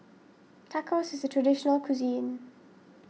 Tacos is a traditional cuisine